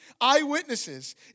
eyewitnesses